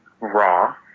Raw